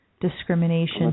discrimination